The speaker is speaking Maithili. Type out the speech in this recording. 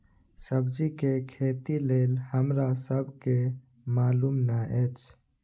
सब्जी के खेती लेल हमरा सब के मालुम न एछ?